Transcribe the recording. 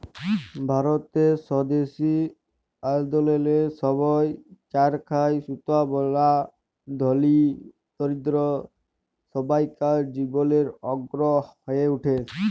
ভারতের স্বদেশী আল্দললের সময় চরখায় সুতা বলা ধলি, দরিদ্দ সব্বাইকার জীবলের অংগ হঁয়ে উঠে